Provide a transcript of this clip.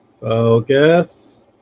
focus